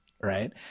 right